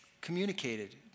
communicated